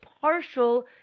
partial